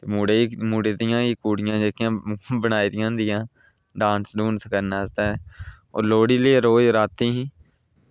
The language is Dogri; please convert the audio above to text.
ते मुड़े दियां गै कुड़ियां जेह्कियां बनाई दियां होंदियां न डांस करने आस्तै ओह् लोह्ड़ी ते रातीं ही